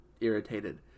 irritated